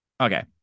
Okay